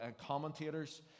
commentators